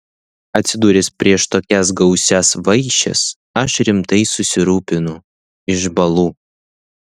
atsidūręs prieš tokias gausias vaišes aš rimtai susirūpinu išbąlu